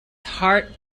heart